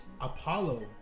Apollo